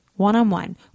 one-on-one